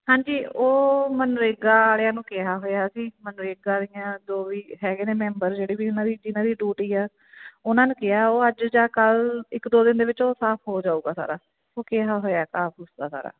ਹਾਂਜੀ ਉਹ ਮਨਰੇਗਾ ਵਾਲਿਆਂ ਨੂੰ ਕਿਹਾ ਹੋਇਆ ਜੀ ਮਨਰੇਗਾ ਦੀਆਂ ਜੋ ਵੀ ਹੈਗੇ ਨੇ ਮੈਂਬਰ ਜਿਹੜੇ ਵੀ ਉਹਨਾਂ ਦੀ ਜਿਨਾਂ ਦੀ ਡਿਊਟੀ ਆ ਉਹਨਾਂ ਨੂੰ ਕਿਹਾ ਉਹ ਅੱਜ ਜਾਂ ਕੱਲ੍ਹ ਇੱਕ ਦੋ ਦਿਨ ਦੇ ਵਿੱਚ ਉਹ ਸਾਫ ਹੋ ਜਾਵੇਗਾ ਸਾਰਾ ਉਹ ਕਿਹਾ ਹੋਇਆ ਸਾਫ ਸੁਥਰਾ ਸਾਰਾ